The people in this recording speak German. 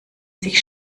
sich